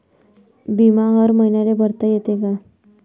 बिमा हर मईन्याले भरता येते का?